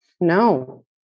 No